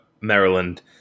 Maryland